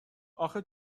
آخه